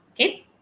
okay